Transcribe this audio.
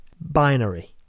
binary